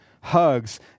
Hugs